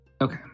Okay